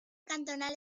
cantonal